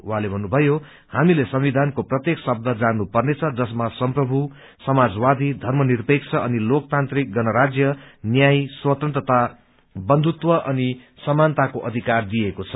उहाँले भन्नुभयो हामीले संविधानको प्रत्येक शबछ जान्नु पर्नेछ जसमा संप्रभू समाजवादी धर्मनिरपेक्ष अनि लोकतान्त्रिक गणराज्य न्रूय स्वतन्त्रता बन्धुत्व अनि समानताको अध्किार दिइएको छ